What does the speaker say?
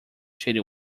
shady